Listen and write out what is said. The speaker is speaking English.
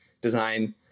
design